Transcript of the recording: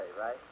right